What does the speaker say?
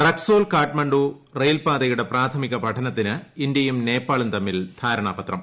റക്സോൽ കാഠ്മണ്ഡു റെയിൽപ്പാത്യുടെ പ്രാഥമിക പഠനത്തിന് ന് ഇന്തൃയും നേപ്പാളും തമ്മിൽ ധാരണാ പത്രം